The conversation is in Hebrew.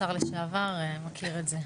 השר לשעבר מכיר את זה.